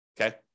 okay